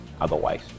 otherwise